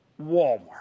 Walmart